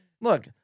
Look